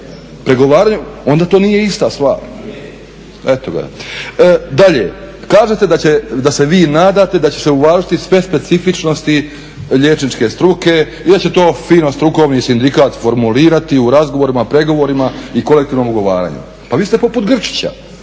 pregovaranju onda to nije ista stvar. Dalje, kažete da se vi nadate da će se uvažiti sve specifičnosti liječničke struke i da će to fino strukovni sindikat formulirati u razgovorima, pregovorima i kolektivnom ugovaranju. Pa vi ste poput Grčića,